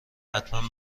حتما